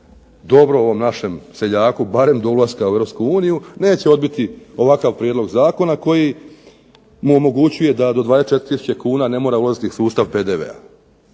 dobro ovom našem seljaku barem do ulaska u Europsku uniju neće odbiti ovakav prijedlog zakona koji mu omogućuje da do 24000 kn ne mora uvoditi sustav PDV-a.